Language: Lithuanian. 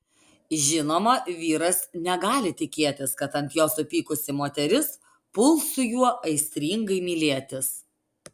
žinoma vyras negali tikėtis kad ant jo supykusi moteris puls su juo aistringai mylėtis